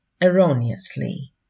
erroneously